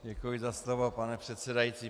Děkuji za slovo, pane předsedající.